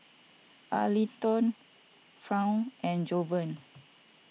Arlington Fawn and Jovan